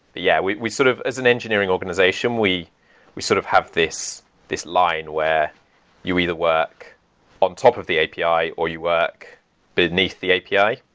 yeah, we we sort of as an engineering organization, we we sort of have this this line where you either work on top of the api or you work beneath the api.